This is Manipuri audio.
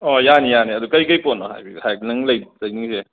ꯑꯣ ꯌꯥꯅꯤ ꯌꯥꯅꯤ ꯑꯗꯨ ꯀꯩ ꯀꯩ ꯄꯣꯠꯅꯣ ꯍꯥꯏꯕꯤꯌꯣ ꯅꯪ ꯂꯩ ꯂꯩꯅꯤꯡꯉꯤꯁꯦ